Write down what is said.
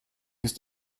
ist